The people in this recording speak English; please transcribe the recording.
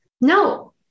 no